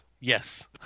yes